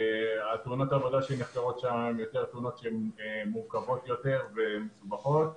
תאונות העבודה שנחקרות שם הן תאונות שמורכבות יותר ופחות.